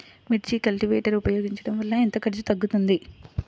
మిర్చి కల్టీవేటర్ ఉపయోగించటం వలన ఎంత ఖర్చు తగ్గుతుంది?